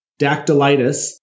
dactylitis